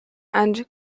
and